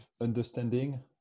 understanding